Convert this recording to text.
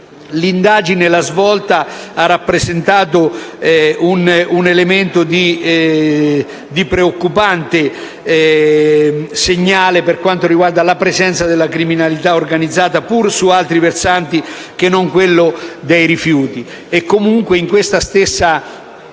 l'indagine "La svolta" ha rappresentato un preoccupante segnale per quanto riguarda la presenza della criminalità organizzata, sebbene su altri versanti e non su quello dei rifiuti.